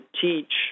teach